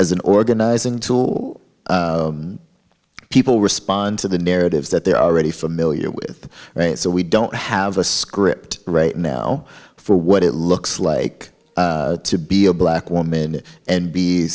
as an organizing tool people respond to the narratives that they're already familiar with so we don't have a script right now for what it looks like to be a black woman and be